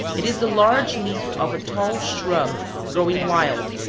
it is the large leaf of a tall shrub growing wild.